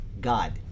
god